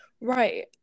right